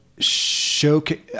showcase